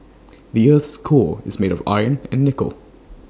the Earth's core is made of iron and nickel